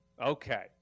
Okay